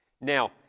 Now